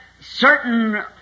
certain